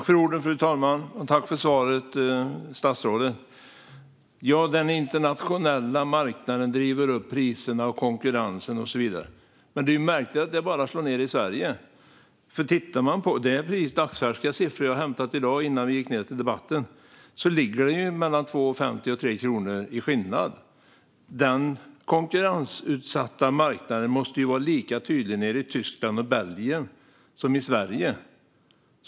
Fru talman! Jag tackar statsrådet för svaret. Det sägs att den internationella marknaden driver upp priserna, konkurrensen och så vidare. Men det är märkligt att det bara drabbar Sverige. Jag har hämtat dagsfärska siffror före debatten. Och prisskillnaden ligger på mellan 2,50 och 3 kronor. Den konkurrensutsatta marknaden måste vara lika tydlig nere i Tyskland och i Belgien som i Sverige.